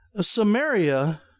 Samaria